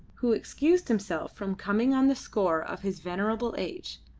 who excused himself from coming on the score of his venerable age,